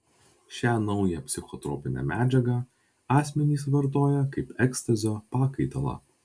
šią naują psichotropinę medžiagą asmenys vartoja kaip ekstazio pakaitalą